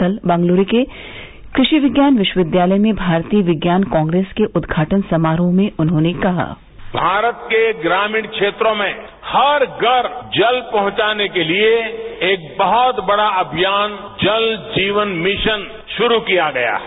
कल बेंगलुरू के कृषि विज्ञान विश्वविद्यालय में भारतीय विज्ञान कांग्रेस के उद्घाटन समारोह में उन्होंने कहा भारत के ग्रामीण क्षेत्रोमें हर घर जल पहुंचाने के लिए एक बहुत बड़ा अभियान जल जीवन मिशन शुरू किया गया है